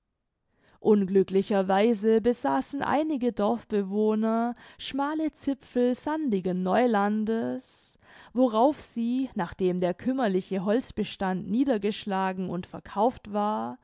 weise besaßen einige dorfbewohner schmale zipfel sandigen neulandes worauf sie nachdem der kümmerliche holzbestand niedergeschlagen und verkauft war